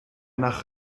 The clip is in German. nach